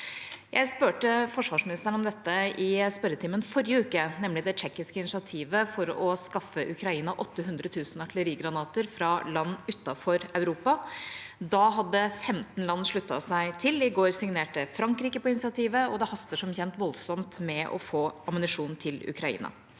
Jeg spurte forsvarsministeren i spørretimen forrige uke om det tsjekkiske initiativet for å skaffe Ukraina 800 000 artillerigranater fra land utenfor Europa. Da hadde 15 land sluttet seg til. I går signerte Frankrike på initiativet. Det haster som kjent voldsomt med å få ammunisjon til Ukraina.